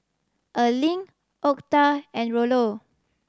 Erling Octa and Rollo